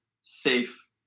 Safe